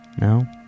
No